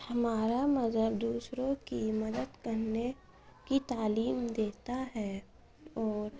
ہمارا مذہب دوسروں کی مدد کرنے کی تعلیم دیتا ہے اور